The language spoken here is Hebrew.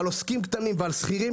עוסקים קטנים ושכירים,